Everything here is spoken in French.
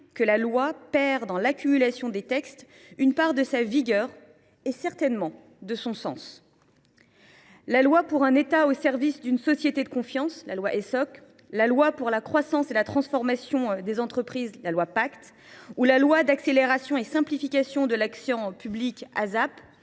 que la loi « perd dans l’accumulation des textes une part de sa vigueur et certainement de son sens ». La loi pour un État au service d’une société de confiance, dite loi Essoc, la loi relative à la croissance et la transformation des entreprises, dite loi Pacte, ou la loi d’accélération et de simplification de l’action publique,